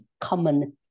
common